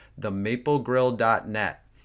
themaplegrill.net